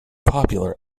popular